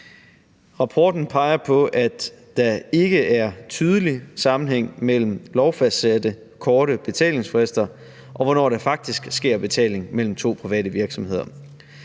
Rapporten peger på, at der ikke er tydelig sammenhæng mellem lovfastsatte korte betalingsfrister, og hvornår der faktisk sker betaling mellem to private virksomheder.